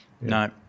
no